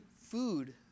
food